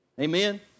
Amen